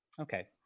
Okay